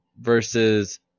versus